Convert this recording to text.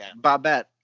Bobette